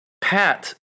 Pat